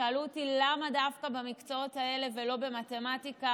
שאלו אותי למה דווקא במקצועות האלה ולא במתמטיקה.